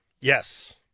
yes